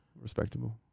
Respectable